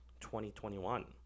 2021